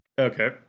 Okay